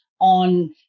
on